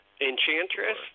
Enchantress